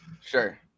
Sure